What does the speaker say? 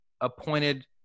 appointed